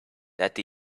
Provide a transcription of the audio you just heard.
that